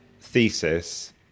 thesis